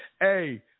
Hey